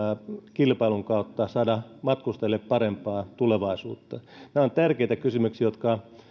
kilpailun kautta saada matkustajille parempaa tulevaisuutta nämä ovat tärkeitä kysymyksiä jotka